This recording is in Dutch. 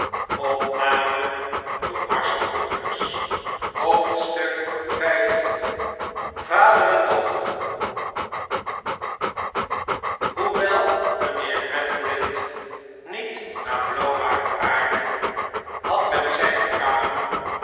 vader en dochter hoewel mijnheer gradgrind niet naar blauwbaard aardde had men zijne kamer